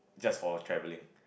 just for travelling